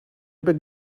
beg